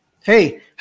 Hey